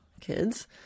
kids